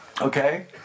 okay